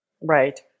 Right